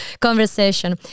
Conversation